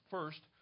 First